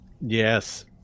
Yes